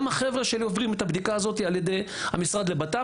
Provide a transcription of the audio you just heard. גם החבר'ה שלי עוברים את הבדיקה הזאת על ידי המשרד לביטחון